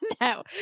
No